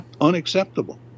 unacceptable